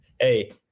Hey